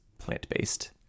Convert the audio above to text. plant-based